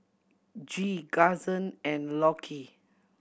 Gee Karson and Lockie